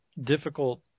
difficult